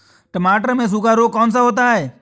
टमाटर में सूखा रोग कौन सा होता है?